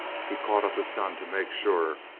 he caught up his gun to make sure,